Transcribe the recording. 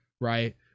right